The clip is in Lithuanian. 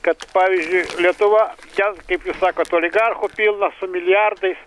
kad pavyzdžiui lietuva ten kaip jūs sakot oligarchų pilna su milijardais